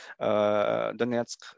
Donetsk